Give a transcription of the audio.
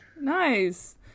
Nice